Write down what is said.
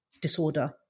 disorder